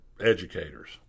educators